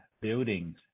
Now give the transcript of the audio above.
buildings